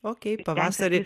okei pavasarį